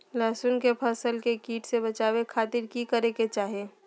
लहसुन के फसल के कीट से बचावे खातिर की करे के चाही?